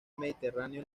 mediterráneo